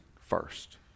first